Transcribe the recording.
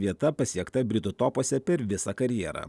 vieta pasiekta britų topuose per visą karjerą